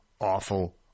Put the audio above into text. awful